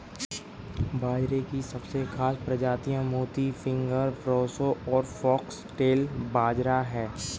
बाजरे की सबसे खास प्रजातियाँ मोती, फिंगर, प्रोसो और फोक्सटेल बाजरा है